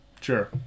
Sure